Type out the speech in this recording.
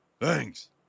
Thanks